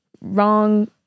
wrong